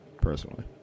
personally